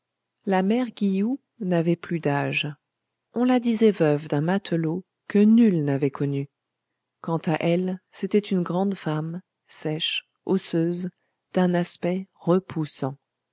la mère guilloux n'avait plus d'âge on la disait veuve d'un matelot que nul n'avait connu quand à elle c'était une grande femme sèche osseuse d'un aspect repoussant